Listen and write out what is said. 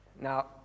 Now